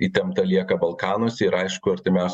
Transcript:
įtempta lieka balkanuose ir aišku artimiausią